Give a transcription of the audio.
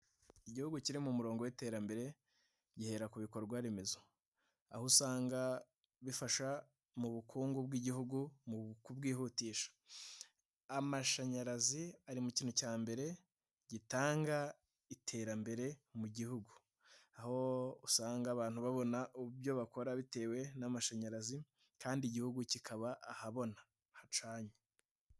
Igihugu kiri ku murongo w'iterambere gihera ku bikorwa remezo, aho usanga bifasha mu bukungu bw'igihugu mu kubwihutisha, amashanyarazi ari mu kintu cya mbere gitanga iterambere mu gihugu, aho usanga abantu babona ibyo bakora bitewe n'amashanyarazi kandi igihugu kikaba ahabona hacanye.